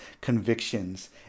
convictions